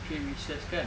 three wishes kan